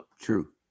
True